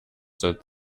that